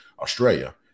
Australia